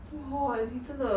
!wah! 你真的